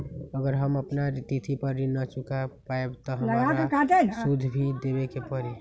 अगर हम अपना तिथि पर ऋण न चुका पायेबे त हमरा सूद भी देबे के परि?